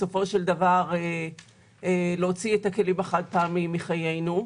בסופו של דבר להוציא את הכלים החד-פעמיים מחיינו.